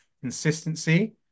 consistency